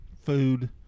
food